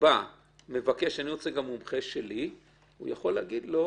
לנתבע הוא יוכל להגיד.